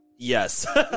Yes